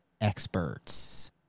experts